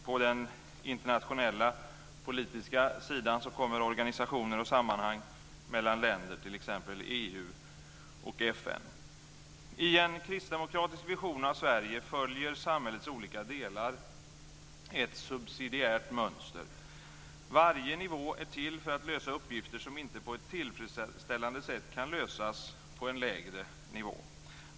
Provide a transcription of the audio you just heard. På den internationella politiska sidan kommer organisationer och sammanhang mellan länder, t.ex. I en kristdemokratisk vision av Sverige följer samhällets olika delar ett subsidiärt mönster. Varje nivå är till för att lösa uppgifter som inte på ett tillfredsställande sätt kan lösas på en lägre nivå.